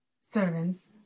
servants